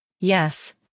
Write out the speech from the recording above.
Yes